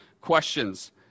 questions